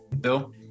Bill